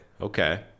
Okay